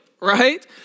right